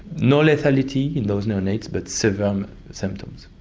no fatality in those neonates but severe um symptoms,